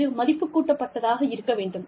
இது மதிப்புக் கூட்டப்பட்டதாக இருக்க வேண்டும்